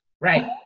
right